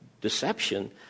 deception